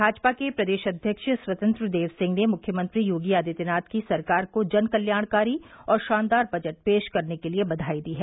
भाजपा के प्रदेश अध्यक्ष स्वतंत्र देव सिंह ने मुख्यमंत्री योगी आदित्यनाथ की सरकार को जनकल्याणकारी और शानदार बजट पेश करने के लिये बधाई दी है